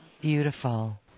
beautiful